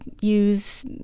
use